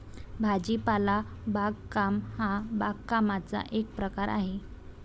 भाजीपाला बागकाम हा बागकामाचा एक प्रकार आहे